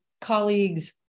colleagues